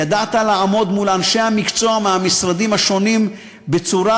ידעת לעמוד מול אנשי המקצוע מהמשרדים השונים בצורה,